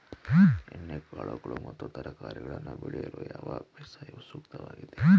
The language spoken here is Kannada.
ಎಣ್ಣೆಕಾಳುಗಳು ಮತ್ತು ತರಕಾರಿಗಳನ್ನು ಬೆಳೆಯಲು ಯಾವ ಬೇಸಾಯವು ಸೂಕ್ತವಾಗಿದೆ?